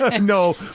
No